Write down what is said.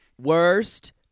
worst